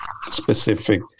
specific